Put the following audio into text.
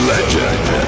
Legend